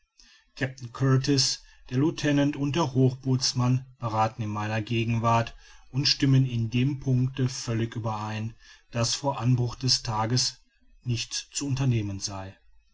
der lieutenant und der hochbootsmann berathen in meiner gegenwart und stimmen in dem einen punkte völlig überein daß vor anbruch des tages nichts zu unternehmen sei